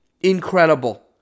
Incredible